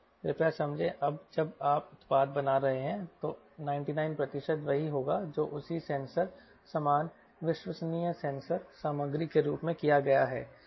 कृपया समझें जब आप उत्पाद बना रहे हैं तो 99 प्रतिशत वही होगा जो उसी सेंसर समान विश्वसनीय सेंसर सामग्री के रूप में किया गया है